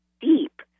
deep